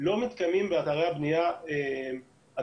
לא התקיימו באתרי הבנייה הדבקות.